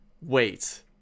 wait